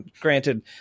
Granted